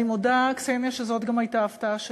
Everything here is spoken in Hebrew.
אני מודה, קסניה, שזאת גם הייתה ההפתעה שלי.